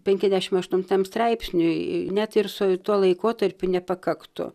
penkiasdešimt aštuntam straipsniui net ir su tuo laikotarpiu nepakaktų